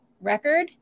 Record